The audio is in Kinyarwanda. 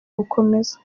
gukomeza